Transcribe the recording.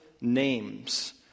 names